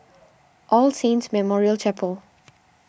All Saints Memorial Chapel